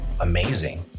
amazing